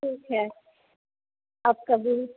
ठीक है आपका बिल